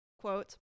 quote